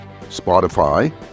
Spotify